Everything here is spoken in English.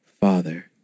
Father